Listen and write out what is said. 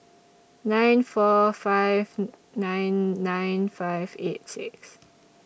nine four five nine nine five eight six